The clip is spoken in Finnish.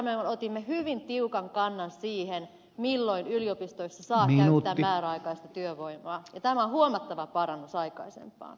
samoin otimme hyvin tiukan kannan siihen milloin yliopistoissa saa käyttää määräaikaista työvoimaa ja tämä on huomattava parannus aikaisempaan